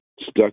stuck